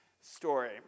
story